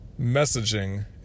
messaging